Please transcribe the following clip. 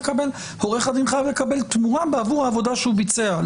עורך הדין חייב לקבל תמורה עבור העבודה שהוא ביצע.